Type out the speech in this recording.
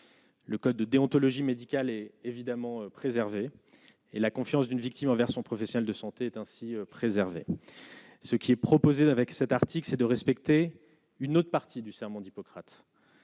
Le code de déontologie médicale et évidemment préservé et la confiance d'une victime envers son professionnel de santé est ainsi préserver ce qui est proposé avec cet article, c'est de respecter une autre partie du serment d'Hippocrate